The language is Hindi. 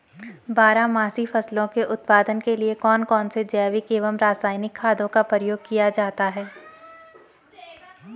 बारहमासी फसलों के उत्पादन के लिए कौन कौन से जैविक एवं रासायनिक खादों का प्रयोग किया जाता है?